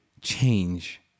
change